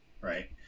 right